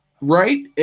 right